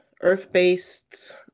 earth-based